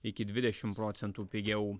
iki dvidešim procentų pigiau